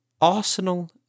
Arsenal